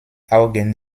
augen